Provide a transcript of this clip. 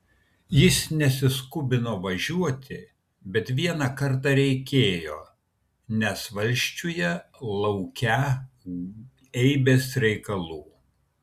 jis nesiskubino važiuoti bet vieną kartą reikėjo nes valsčiuje laukią eibės reikalų